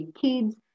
kids